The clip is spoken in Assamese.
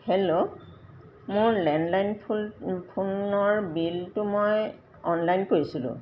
হেল্ল' মোৰ লেণ্ডলাইন ফোন ফোনৰ বিলটো মই অনলাইন কৰিছিলোঁ